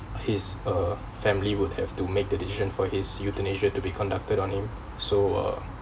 his uh family would have to make the decision for his euthanasia to be conducted on him so uh